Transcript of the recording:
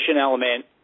element